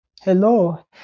Hello